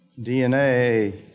DNA